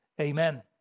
amen